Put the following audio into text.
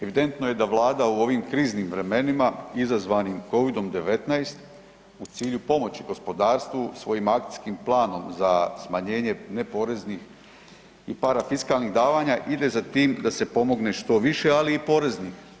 Evidentno je da Vlada u ovim kriznim vremenima izazvanim covidom-19 u cilju pomoći gospodarstvu svojim Akcijskim planom za smanjenje neporeznih i parafiskalni davanja ide za tim da se pomogne što više, ali i poreznih.